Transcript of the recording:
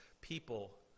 people